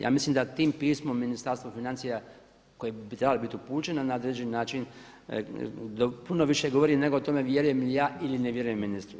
Ja mislim da tim pismom Ministarstvo financija koje bi trebalo biti upućeno na određeni način puno više govorio nego o tome vjerujem li ja ili ne vjerujem ministru.